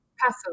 passive